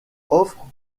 offre